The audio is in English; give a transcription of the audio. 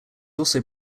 also